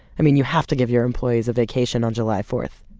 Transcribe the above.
i mean, you have to give your employees a vacation on july fourth,